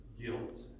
guilt